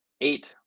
Eight